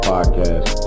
Podcast